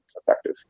effective